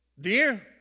dear